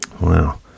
wow